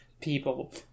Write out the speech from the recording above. people